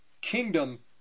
kingdom